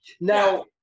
now